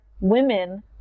women